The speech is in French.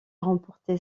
remporté